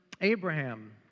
Abraham